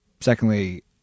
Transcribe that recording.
secondly